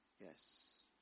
Yes